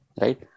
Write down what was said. Right